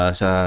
sa